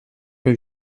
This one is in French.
que